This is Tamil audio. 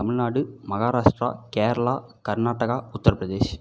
தமிழ்நாடு மகாராஷ்டிரா கேரளா கர்நாட்கா உத்திர பிரதேஷ்